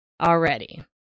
already